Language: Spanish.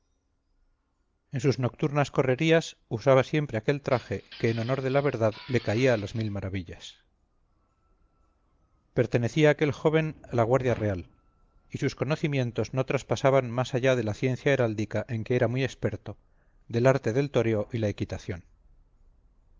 en sus nocturnas correrías usaba siempre aquel traje que en honor de la verdad le caía a las mil maravillas pertenecía aquel joven a la guardia real y sus conocimientos no traspasaban más allá de la ciencia heráldica en que era muy experto del arte del toreo y la equitación